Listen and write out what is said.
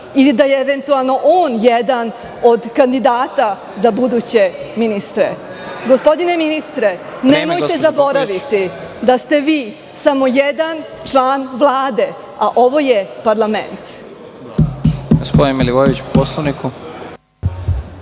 ili da je eventualno on jedan od kandidata za buduće ministre? Gospodine ministre, nemojte zaboraviti da ste vi samo jedan član Vlade, a ovo je parlament.